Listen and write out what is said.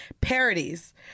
parodies